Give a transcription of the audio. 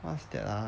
what's that ah